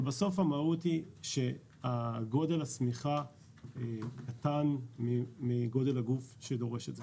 אבל בסוף המהות היא שגודל השמיכה קטן מגודל הגוף שדורש את זה,